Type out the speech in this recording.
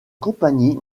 compagnie